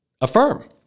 affirm